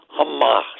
Hamas